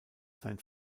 sein